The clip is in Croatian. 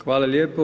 Hvala lijepo.